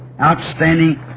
outstanding